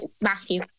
Matthew